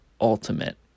Ultimate